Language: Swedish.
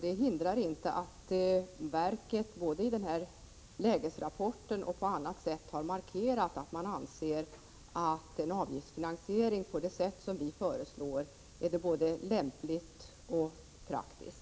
Detta hindrar inte att verket, både i lägesrapporten och i andra sammanhang, har markerat att det anser att en avgiftsfinansiering på det sätt som vi föreslår är såväl lämplig som praktisk.